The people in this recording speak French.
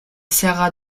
serra